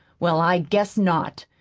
well, i guess not!